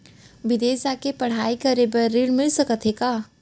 बिदेस जाके पढ़ई करे बर ऋण मिलिस सकत हे का?